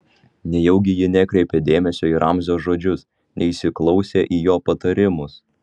nejaugi ji nekreipė dėmesio į ramzio žodžius neįsiklausė į jo patarimus